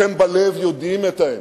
אתם בלב יודעים את האמת.